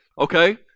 okay